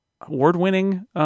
award-winning